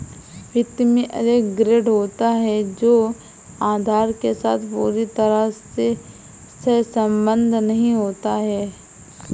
वित्त में अलग ग्रेड होता है जो आधार के साथ पूरी तरह से सहसंबद्ध नहीं होता है